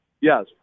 Yes